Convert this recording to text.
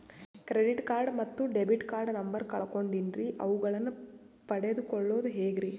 Credit card ಮತ್ತು debit card number ಕಳೆದುಕೊಂಡಿನ್ರಿ ಅವುಗಳನ್ನ ಪಡೆದು ಕೊಳ್ಳೋದು ಹೇಗ್ರಿ?